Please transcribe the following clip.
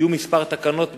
יהיו כמה תקנות ספציפיות,